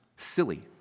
Silly